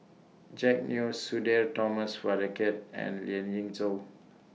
Jack Neo Sudhir Thomas Vadaketh and Lien Ying Chow